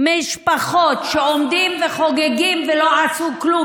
משפחות, שעומדים וחוגגים ולא עשו כלום.